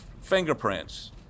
fingerprints